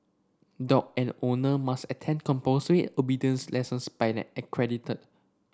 dog and owner must attend compulsory obedience lessons by an accredited